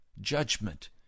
judgment